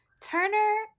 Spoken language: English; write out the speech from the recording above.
Turner